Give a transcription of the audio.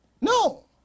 No